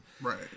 Right